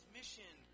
mission